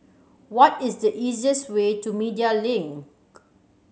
what is the easiest way to Media Link